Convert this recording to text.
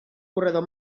corredor